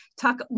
talk